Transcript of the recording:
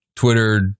twitter